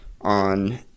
on